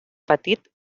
petit